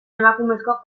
emakumezko